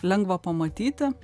lengva pamatyti